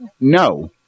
No